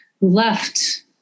left